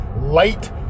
light